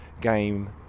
game